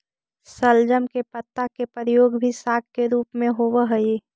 शलजम के पत्ता के प्रयोग भी साग के रूप में होव हई